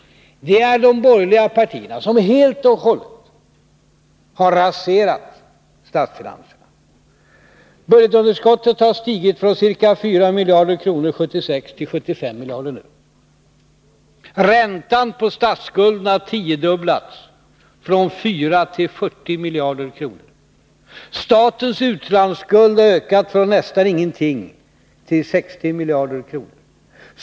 Det är de borgerliga partierna som helt har raserat statsfinanserna. Budgetunderskottet har stigit från ca 4 miljarder kronor 1976 till 75 miljarder kronor i år. Räntan på statsskulden har tiofaldigats, från 4 miljarder till 40 miljarder kronor. Statens utlandsskuld har ökat från nästan ingenting till 60 miljarder kronor.